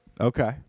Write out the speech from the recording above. Okay